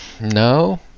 no